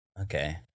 okay